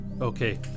Okay